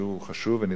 שהוא חשוב ונדרש,